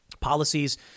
policies